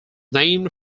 named